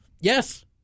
Yes